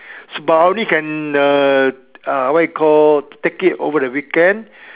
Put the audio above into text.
but I only can uh uh what you call take it over the weekend